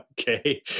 Okay